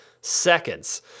seconds